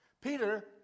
Peter